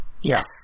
Yes